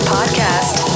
Podcast